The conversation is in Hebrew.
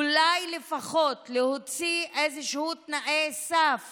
אולי לפחות להוציא איזשהם תנאי סף